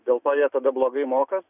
dėl to jie tada blogai mokos